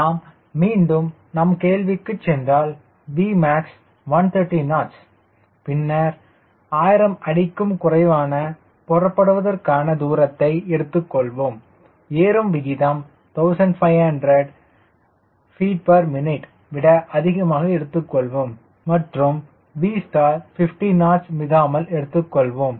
நாம் மீண்டும் நம் கேள்விக்குச் சென்றால் Vmax 130 knots பின்னர் 1000 அடிக்கும் குறைவான புறப்படுவதற்கான தூரத்தை எடுத்துக்கொள்வோம் ஏறும் விகிதம் 1500 ftmin விட அதிகம் எடுத்துக் கொள்வோம் மற்றும் Vstall 50 knots மிகாமல் எடுத்துக்கொள்வோம்